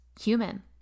human